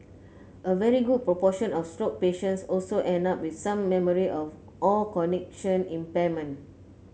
a very good proportion of stroke patients also end up with some memory of or cognition impairment